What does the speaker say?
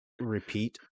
repeat